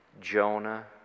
Jonah